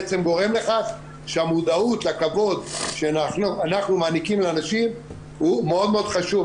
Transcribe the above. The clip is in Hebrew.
בעצם גורם לכך שהמודעות לכבוד שאנחנו מעניקים לנשים הוא מאוד מאוד חשוב,